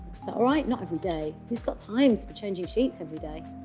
so all right? not every day. who's got time for changing sheets every day?